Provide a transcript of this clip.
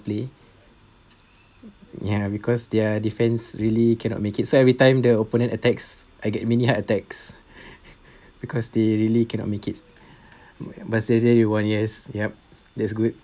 play ya because their defense really cannot make it so every time the opponent attacks I get mini heart attacks because they really cannot make it but yesterdsay they won yes yup that's good